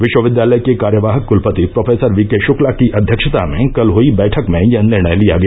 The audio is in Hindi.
विश्वविद्यालय के कार्यवाहक कुलपति प्रोफेसर वीके शुक्ला की अध्यक्षता में कल हुई बैठक में यह निर्णय लिया गया